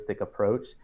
approach